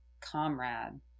comrade